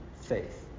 faith